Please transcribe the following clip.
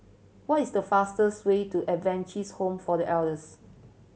what is the fastest way to Adventist Home for The Elders